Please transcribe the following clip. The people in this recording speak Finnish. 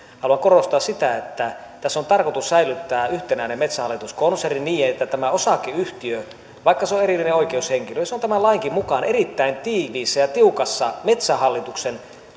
haluan korostaa sitä että tässä on tarkoitus säilyttää yhtenäinen metsähallitus konserni niin että tämä osakeyhtiö vaikka se on erillinen oikeushenkilö on tämän lainkin mukaan erittäin tiiviissä ja tiukassa metsähallituksen